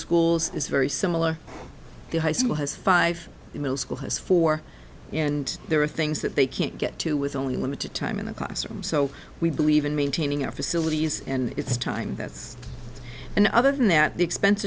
schools is very similar to high school has five middle school has four and there are things that they can't get to with only limited time in the classroom so we believe in maintaining our facilities and it's time that's another thing that the expense